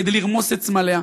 כדי לרמוס את סמליה.